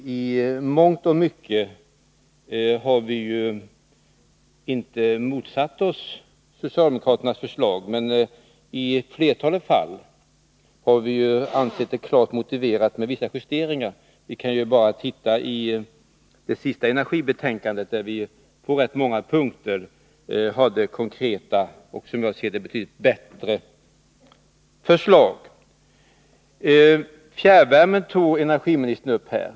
Fru talman! I mångt och mycket har vi ju inte motsatt oss socialdemokraternas förslag, men i flera fall har vi ansett det klart motiverat med vissa justeringar. Jag kan bara nämna det senaste energibetänkandet, där vi på rätt många punkter hade konkreta och — som jag ser det — betydligt bättre förslag. Frågan om fjärrvärmen tog energiministern upp här.